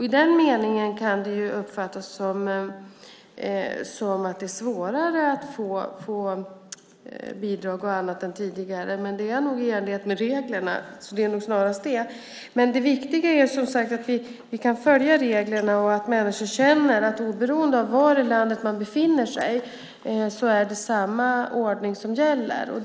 I den meningen kan det uppfattas som att det är svårare att få bidrag och annat än tidigare, men det sker i enlighet med reglerna. Det är nog snarast det. Men det viktiga är som sagt att vi kan följa reglerna och att människor känner att oberoende av var i landet man befinner sig är det samma ordning som gäller.